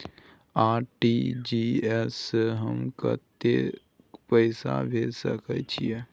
RTG S स हम कत्ते पैसा भेज सकै छीयै?